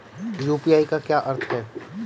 UPI का क्या अर्थ है?